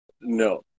no